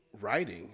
writing